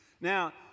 Now